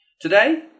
Today